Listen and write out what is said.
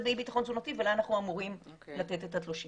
באי ביטחון תזונתי ולה אנו אמורים לתת את התלושים.